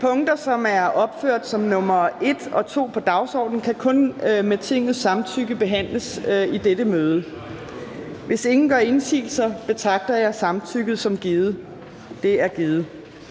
sager, der er opført under punkt 1 og 2 på dagsordenen, kan kun med Tingets samtykke behandles i dette møde. Hvis ingen gør indsigelse, betragter jeg samtykket som givet. Det er givet.